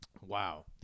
wow